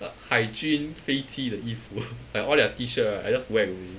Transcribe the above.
海军飞机的衣服 like all their T shirt right I just whack only